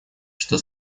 что